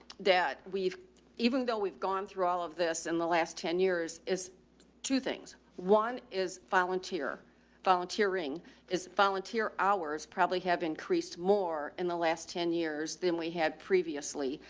dad, we've even though we've gone through all of this in the last ten years, is two things. one is volunteer volunteering is it volunteer hours probably have increased more in the last ten years than we had previously.